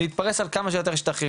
להתפרס על כמה שיותר שטחים,